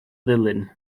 ddulyn